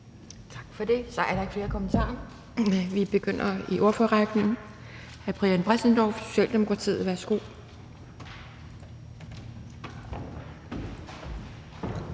Tak for det. Så er der ikke flere kommentarer. Vi begynder på ordførerrækken. Hr. Brian Bressendorff, Socialdemokratiet. Værsgo.